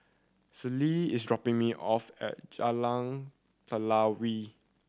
Ceil is dropping me off at Jalan Telawi